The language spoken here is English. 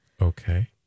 Okay